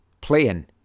playing